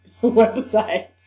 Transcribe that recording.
website